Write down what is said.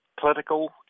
political